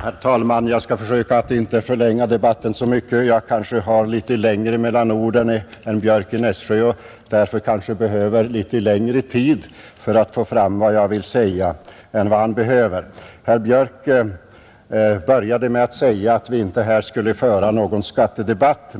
Herr talman! Jag skall försöka att inte förlänga debatten så mycket. Jag kanske har litet längre mellan orden än herr Björck i Nässjö, varför jag möjligen behöver litet längre tid för att få fram vad jag vill säga, Herr Björck började med att säga att vi här inte skulle föra någon skattedebatt,